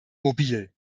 mobil